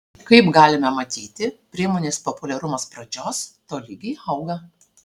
kaip galime matyti priemonės populiarumas pradžios tolygiai auga